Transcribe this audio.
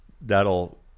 that'll